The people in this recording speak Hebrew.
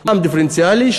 מע"מ דיפרנציאלי,